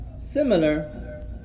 similar